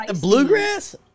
Bluegrass